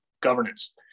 governance